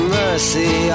mercy